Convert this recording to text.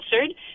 answered